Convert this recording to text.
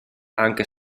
anche